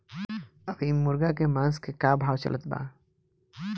अभी मुर्गा के मांस के का भाव चलत बा?